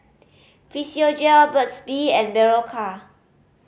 Physiogel Burt's Bee and Berocca